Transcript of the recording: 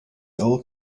old